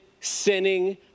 sinning